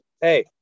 Hey